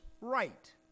right